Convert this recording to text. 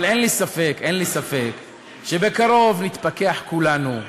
אבל אין לי ספק, אין לי ספק, שבקרוב נתפכח כולנו,